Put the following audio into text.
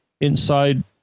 inside